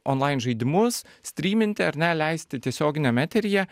onlain žaidimus stryminti ar ne leisti tiesioginiam eteryje